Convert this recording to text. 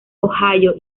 ohio